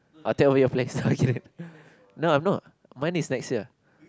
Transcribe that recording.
I tell you a place no I'm not mine is next year